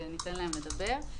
וניתן להם לדבר.